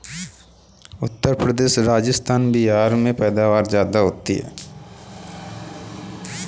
मसूर की पैदावार सबसे अधिक किस किश्त में होती है?